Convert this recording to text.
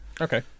Okay